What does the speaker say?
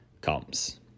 comes